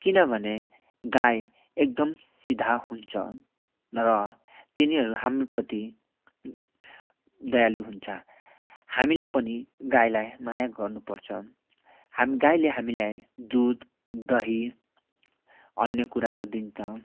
किनभने गाई एकदम सिदा हुन्छ र तिनीहरू हाम्रो प्रति दयालु हुन्छ हामीले पनि गाईलाई माया गर्नुपर्छ हाम् गाईले हामीलाई दुध दही अन्य कुराहरू दिन्छ